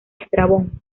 estrabón